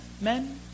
men